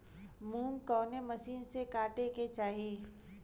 मूंग कवने मसीन से कांटेके चाही?